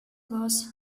was